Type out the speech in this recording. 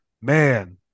Man